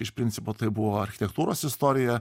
iš principo tai buvo architektūros istorija